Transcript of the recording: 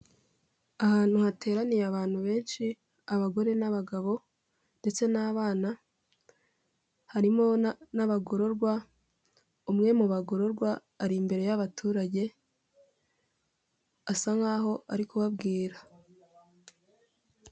Ahantu hateraniye abantu benshi abagore n'abagabo ndetse n'abana, harimo n'abagororwa umwe mu bagororwa ari imbere y'abaturage asa nkaho ari kubabwira.